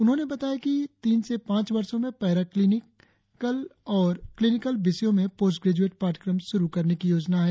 उन्होंने बताया कि तीन से पांच वर्षों में पैरा क्लिनिकल और क्लिनिकल विषयों में पोस्ट ग्रेज़एट पाठ्यक्रम शुरु करने की योजना है